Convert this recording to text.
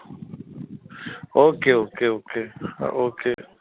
okay okay okay हा okay